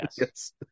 Yes